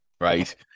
right